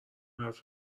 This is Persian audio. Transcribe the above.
حرفت